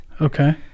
Okay